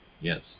Yes